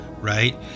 right